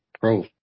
pro